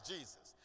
Jesus